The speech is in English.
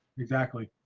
exactly.